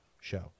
show